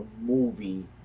movie